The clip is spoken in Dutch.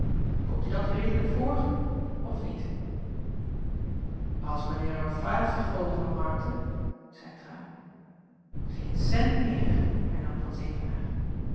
komt je dat redelijk voor of niet als men heir er vijftig gulden van maakte zeî trui geen cent meer hernam van